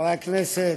חברי הכנסת,